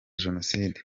jenoside